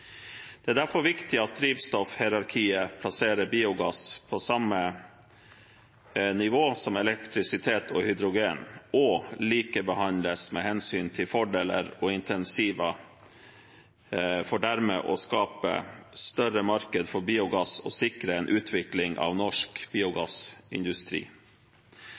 Det er derfor viktig at drivstoffhierarkiet plasserer biogass på samme nivå som elektrisitet og hydrogen og likebehandler det med hensyn til fordeler og incentiver, for dermed å skape større marked for biogass og sikre en utvikling av norsk biogassindustri.